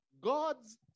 God's